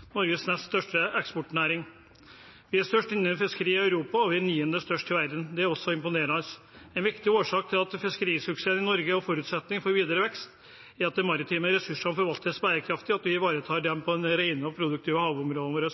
vi er niende størst i verden. Det er imponerende. En viktig årsak til fiskerisuksessen i Norge og en forutsetning for videre vekst er at de maritime ressursene forvaltes bærekraftig, og at vi ivaretar dem i de rene og produktive havområdene våre.